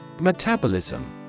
Metabolism